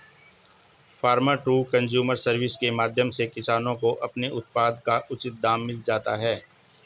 farmer to consumer service के माध्यम से किसानों को अपने उत्पाद का उचित दाम मिल जाता है